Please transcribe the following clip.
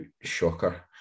shocker